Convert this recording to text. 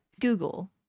Google